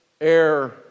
air